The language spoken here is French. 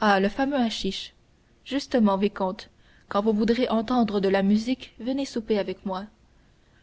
ah le fameux haschich justement vicomte quand vous voudrez entendre de la musique venez souper avec moi